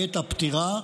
בעת הפטירה,